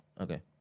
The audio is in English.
Okay